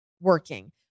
working